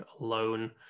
alone